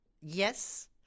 Yes